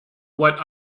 what